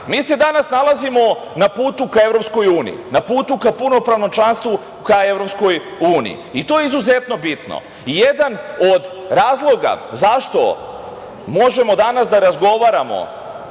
se danas nalazimo na putu ka EU, na putu ka punopravnom članstvu ka EU i to je izuzetno bitno. Jedan od razloga zašto možemo danas da razgovaramo